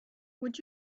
would